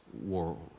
world